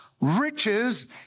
riches